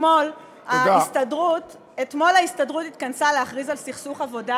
אתמול ההסתדרות התכנסה להכריז על סכסוך עבודה